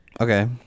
okay